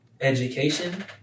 education